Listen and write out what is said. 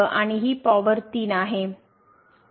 तर आणि ही पॉवर 3 आहे